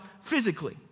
physically